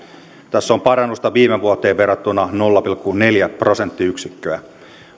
tässä on parannusta viime vuoteen verrattuna nolla pilkku neljä prosenttiyksikköä